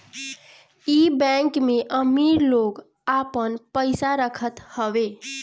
इ बैंक में अमीर लोग आपन पईसा रखत हवे